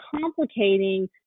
complicating